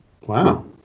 Wow